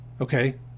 okay